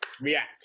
React